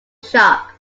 sharp